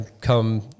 come